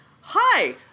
hi